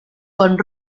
con